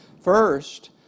First